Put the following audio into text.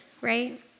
right